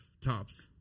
Tops